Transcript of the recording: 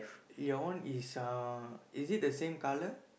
your one is uh is it the same colour